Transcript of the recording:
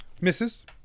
Misses